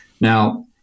now